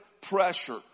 pressure